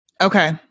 Okay